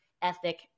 ethic